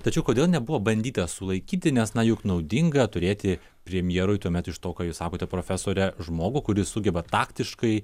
tačiau kodėl nebuvo bandyta sulaikyti nes na juk naudinga turėti premjerui tuomet iš to ką jūs sakote profesore žmogų kuris sugeba taktiškai